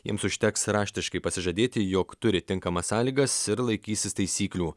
jiems užteks raštiškai pasižadėti jog turi tinkamas sąlygas ir laikysis taisyklių